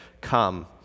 come